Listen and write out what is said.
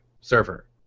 server